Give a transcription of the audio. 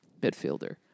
midfielder